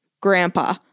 grandpa